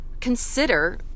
consider